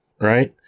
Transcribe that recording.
right